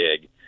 gig